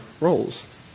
roles